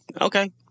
okay